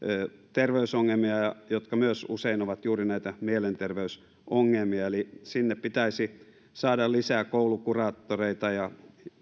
ter veysongelmia jotka myös usein ovat juuri näitä mielenterveysongelmia eli sinne pitäisi saada lisää koulukuraattoreita ja